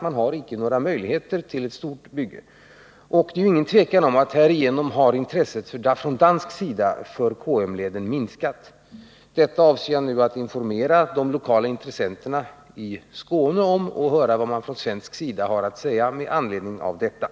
Man har inte några möjligheter att klara ett stort projekt. Det är inget tvivel om att det danska intresset för KM-leden härigenom har minskat. Detta avser jag att nu informera de lokala intressenterna i Skåne om. Jag vill också höra vad man från svensk sida har att säga med anledning härav.